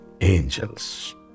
angels